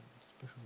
special